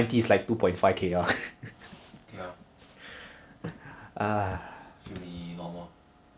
!wah! oh ya just just curious right as as a ruby you know your lane match ups right like every single one of them even the meta one you know